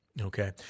Okay